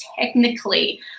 technically